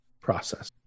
process